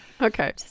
Okay